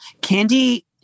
candy